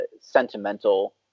sentimental